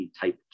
type